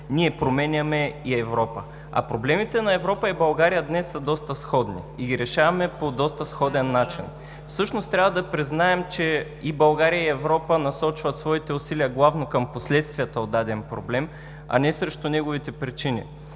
ние променяме и Европа, а проблемите на Европа и България днес са доста сходни и ги решаваме по доста сходен начин. Всъщност, трябва да признаем, че и България, и Европа насочват своите усилия главно към последствията от даден проблем, а не срещу неговите причини,